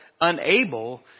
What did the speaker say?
unable